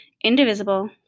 indivisible